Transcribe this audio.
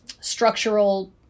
structural